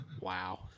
Wow